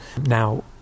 Now